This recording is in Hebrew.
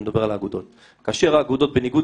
אני מדבר על האגודות כאשר האגודות בניגוד